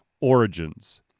origins